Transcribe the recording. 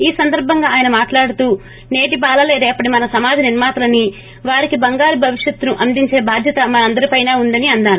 ఈ సందర్భంగా ఆయన మాట్లాడుతూ నేటి బాలలో రేపటి మన సమాజ నిర్మాతలని వారికి బంగారు భవిష్యత్ ను అందించే భాద్యత మన అందరిపై ఉందని అన్నారు